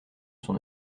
son